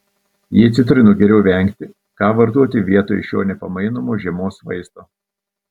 jei citrinų geriau vengti ką vartoti vietoj šio nepamainomo žiemos vaisto